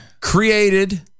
created